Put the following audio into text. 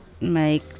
make